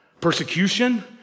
persecution